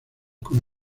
con